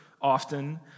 often